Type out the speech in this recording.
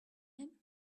him